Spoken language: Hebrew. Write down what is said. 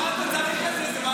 --- בשביל מה אתה צריך את זה?